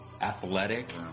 athletic